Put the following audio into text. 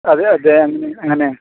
അതെ അതെ അങ്ങനെയാണ്